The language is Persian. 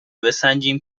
بسنجیم